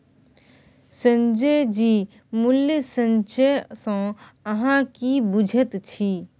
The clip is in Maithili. संजय जी मूल्य संचय सँ अहाँ की बुझैत छी?